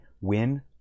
win